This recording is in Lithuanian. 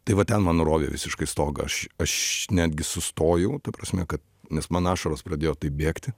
tai va ten man nurovė visiškai stogą aš aš netgi sustojau ta prasme kad nes man ašaros pradėjo bėgti